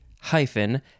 hyphen